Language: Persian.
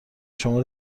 شما